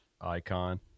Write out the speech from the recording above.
icon